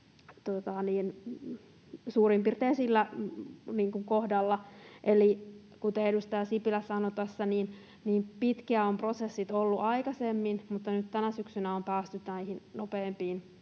Suurin piirtein sillä kohdalla. Eli kuten edustaja Sipilä sanoi tuossa, niin pitkiä ovat prosessit olleet aikaisemmin, mutta nyt tänä syksynä on päästy näihin nopeampiin